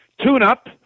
tune-up